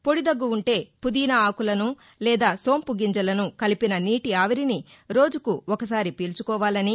పొడి దగ్గ ఉంటే పుదీనా ఆకులను లేదా సొంపు గింజలను కలిపిన నీటి ఆవిరిని రోజుకు ఒకసారి పీల్చుకోవాలని